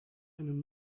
einem